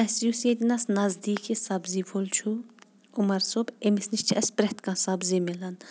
اسہِ یُس ییٚتہِ نس نزدیٖکی سبٕزی وول چھُ عُمر صوب أمِس نِش چھِ اسہِ پرٛٮ۪تھ کانٛہہ سبٕزی مِلان